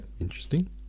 interesting